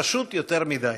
פשוט יותר מדי.